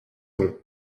bon